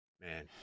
man